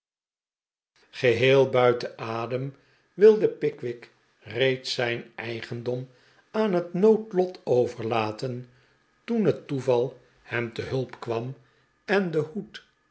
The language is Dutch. geheel buiten adem wilde pickwick reeds zijn eigendom aan het noodlot overlaten toen het toeval hem te hulp kwam en de hoed